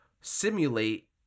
simulate